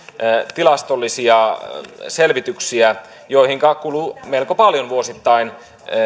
tilastollisia selvityksiä joihinka kuluu melko paljon vuosittain